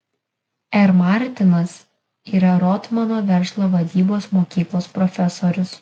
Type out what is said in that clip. r martinas yra rotmano verslo vadybos mokyklos profesorius